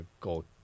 goal